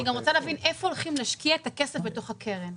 אני גם רוצה להבין איפה הולכים להשקיע את הכסף בתוך הקרן?